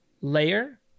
layer